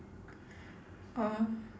um